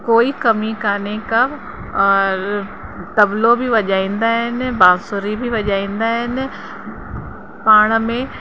कोई कमी कोन्हे का और तबलो बि वॼाईंदा आहिनि बांसुरी बि वॼाईंदा आहिनि पाण में